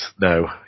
No